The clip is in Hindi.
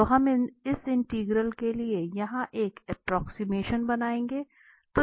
तो हम इस इंटीग्रल के लिए यहां एक एप्रोक्सिमेशन बनाएंगे